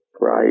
Right